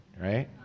right